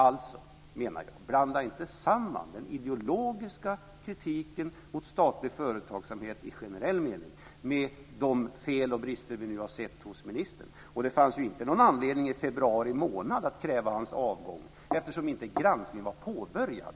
Alltså menar jag: Blanda inte samman den ideologiska kritiken mot statlig företagsamhet i generell mening med de fel och brister vi nu har sett hos ministern! Och det fanns ju ingen anledning i februari månad att kräva hans avgång, eftersom granskningen inte var påbörjad.